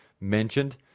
mentioned